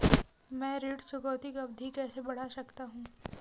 मैं ऋण चुकौती की अवधि कैसे बढ़ा सकता हूं?